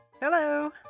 hello